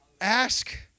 Ask